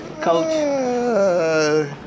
Coach